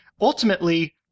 ultimately